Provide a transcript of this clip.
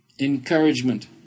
encouragement